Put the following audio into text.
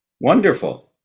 wonderful